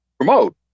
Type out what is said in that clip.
promote